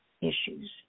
issues